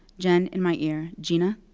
jen in my ear gina,